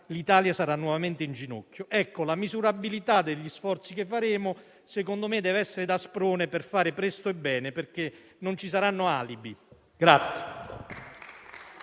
l'Italia sarà nuovamente in ginocchio. Pertanto la misurabilità degli sforzi che faremo, a mio avviso, deve essere uno sprone per fare presto e bene, perché non ci saranno alibi.